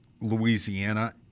Louisiana